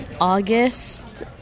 august